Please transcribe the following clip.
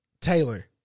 Taylor